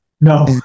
No